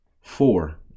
four